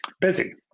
busy